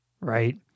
right